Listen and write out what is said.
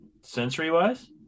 Sensory-wise